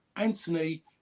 Anthony